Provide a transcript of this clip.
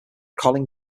colin